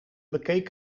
bekeek